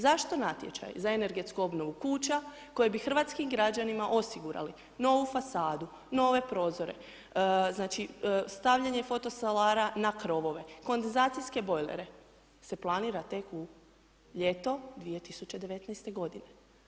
Zašto natječaj za energetsku obnovu kuća koji bi hrvatskim građanima osigurali novu fasadu, nove prozore, znači, stavljanje fotosolara na krovove, kondenzacijske bojlere, se planira tek u ljeto 2019. godine.